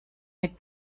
mit